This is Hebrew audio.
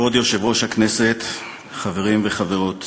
הצעת חוק המסייעים לנטרול תוצאות אסון צ'רנוביל (תיקון,